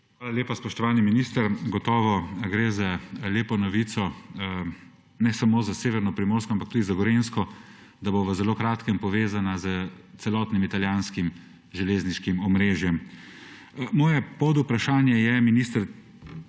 Hvala lepa, spoštovani minister. Gotovo gre za lepo novico ne samo za severno Primorsko, ampak tudi za Gorenjsko, da bo v zelo kratkem povezana s celotnim italijanskim železniškim omrežjem. Moje podvprašanje je, minister,